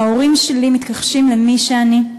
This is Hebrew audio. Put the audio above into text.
ההורים שלי מתכחשים למי שאני,